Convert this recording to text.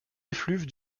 effluves